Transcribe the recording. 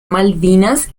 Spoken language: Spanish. malvinas